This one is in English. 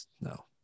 No